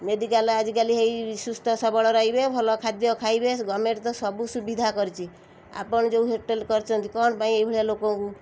medical ଆଜିକାଲି ହେଇ ସୁସ୍ଥ ସବଳ ରହିବେ ଭଲ ଖାଦ୍ୟ ଖାଇବେ ଗଭର୍ଣ୍ଣମେଣ୍ଟ ତ ସବୁ ସୁବିଧା କରିଛି ଆପଣ ଯେଉଁ ହୋଟେଲ୍ କରିଛନ୍ତି କ'ଣ ପାଇଁ ଏଇଭଳିଆ ଲୋକଙ୍କୁ